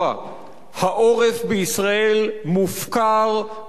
העורף בישראל מופקר, מוזנח ופרוץ.